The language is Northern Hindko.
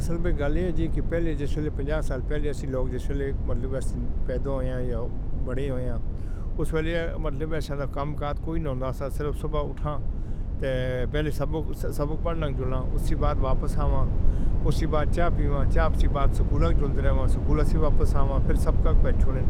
اسل میں گلی ہے کہ پہلے جیسے پنجاب صاحب پہلے لوگ جیسے مطلب پیدا ہوئے یا بڑے ہوئے، اُس والے مطلب ایسا کم کام کوئی نہیں تھا۔ صرف صبح اُٹھا تو پہلے سب سب پڑھنا اُسی بات واپس آیا۔ اُس کے بعد چای پیا، چای کے بعد۔ سکول جاتے وقت سکول واپس آ گئی۔